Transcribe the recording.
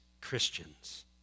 Christians